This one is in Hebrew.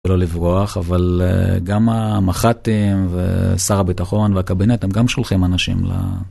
לא לברוח אבל גם המח"טים ושר הביטחון והקבינט הם גם שולחים אנשים ל...